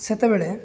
ସେତେବେଳେ